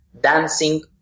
dancing